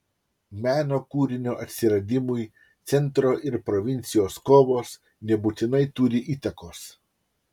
meno kūrinio atsiradimui centro ir provincijos kovos nebūtinai turi įtakos